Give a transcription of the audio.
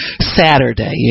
Saturday